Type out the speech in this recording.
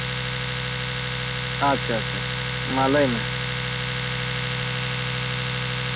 ᱟᱪᱪᱷᱟ ᱟᱪᱪᱷᱟ ᱟᱪᱪᱷᱟ ᱢᱟ ᱞᱟᱹᱭ ᱢᱮ